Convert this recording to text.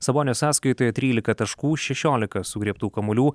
sabonio sąskaitoje trylika taškų šešiolika sugriebtų kamuolių